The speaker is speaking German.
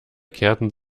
kehrten